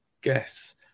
guess